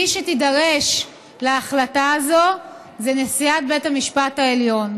מי שתידרש להחלטה הזאת זאת נשיאת בית המשפט העליון.